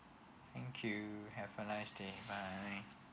thank you have a nice day bye